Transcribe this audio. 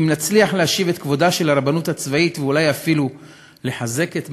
אם נצליח להשיב את כבודה של הרבנות הצבאית ואולי אפילו לחזק את מעמדה,